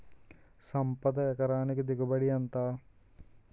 సంపద ఎకరానికి దిగుబడి ఎంత?